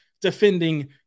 defending